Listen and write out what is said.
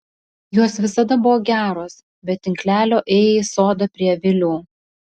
jos visada buvo geros be tinklelio ėjai į sodą prie avilių